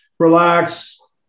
Relax